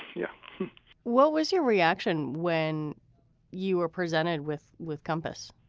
yeah what was your reaction when you were presented with with compass?